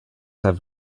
have